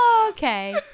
okay